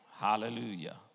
Hallelujah